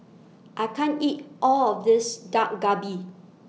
I can't eat All of This Dak Galbi